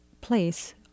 place